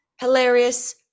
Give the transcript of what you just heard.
hilarious